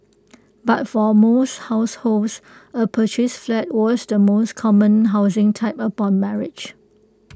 but for most households A purchased flat was the most common housing type upon marriage